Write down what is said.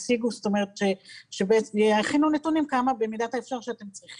ואבקש שיכינו נתונים שאתם צריכים במידת האפשר.